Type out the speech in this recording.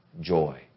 joy